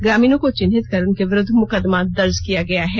ग्रामीणों को चिन्हित कर उनके विरुद्व मुकदमा दर्ज किया गया है